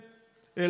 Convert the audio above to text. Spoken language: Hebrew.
הינה,